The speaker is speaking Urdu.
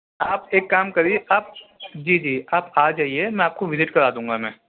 آپ ایک کام کریے آپ جی جی آپ آ جائیے میں آپ کو وزٹ کرا دوں گا میں